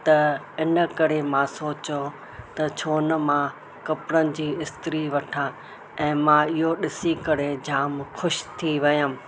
त इन करे मां सोचियो त छो न मां कपिड़नि जी इस्त्री वठां ऐं मां इहो ॾिसी करे जाम ख़ुशि थी वियमि